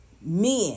men